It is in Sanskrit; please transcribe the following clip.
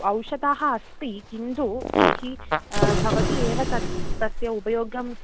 औषधम् अस्ति किन्तु तर्हि भवती एव तत् तस्य उपयोगम्